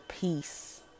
peace